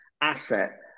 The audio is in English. asset